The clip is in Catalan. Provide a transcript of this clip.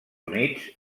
units